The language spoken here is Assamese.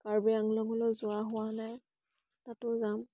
কাৰ্বি আংলঙলৈও যোৱা হোৱা নাই তাতো যাম